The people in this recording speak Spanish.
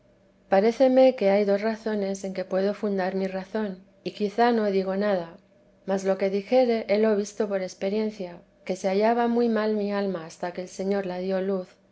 paréceme que hay dos razones en que puedo funteresa de jesús dar mi razón y quizá no digo nada mas lo que dijere helo visto por experiencia que se hallaba muy mal mi alma hasta que el señor la dio luz